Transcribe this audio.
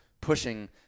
pushing